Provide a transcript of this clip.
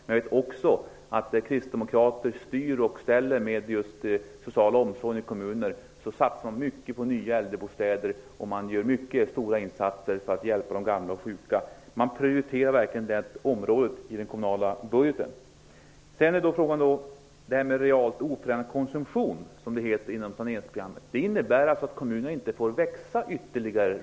Jag vet också att kristdemokrater styr och ställer med just den sociala omsorgen i kommunerna. Man satsar mycket på nya äldrebostäder och gör mycket stora insatser för att hjälpa de gamla och sjuka. Man prioriterar verkligen det området i den kommunala budgeten. Detta med realt oförändrad konsumtion, som det heter i saneringsprogrammet, innebär att kommunerna realt sett inte får växa ytterligare.